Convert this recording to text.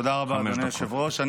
תודה רבה, אדוני היושב-ראש.